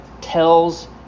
tells